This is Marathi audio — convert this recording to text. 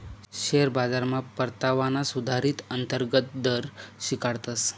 शेअर बाजारमा परतावाना सुधारीत अंतर्गत दर शिकाडतस